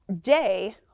day